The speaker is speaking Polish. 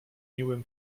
miłym